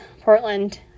portland